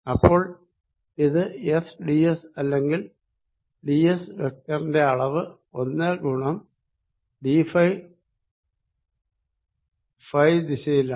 അപ്പോൾ ഇത് S D S അല്ലെങ്കിൽ ഡി എസ് വെക്ടറിന്റെ അളവ് ഒന്ന് ഗുണം ഡി ഫൈ ഫൈ ദിശയിലാണ്